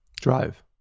Drive